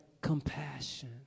compassion